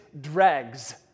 dregs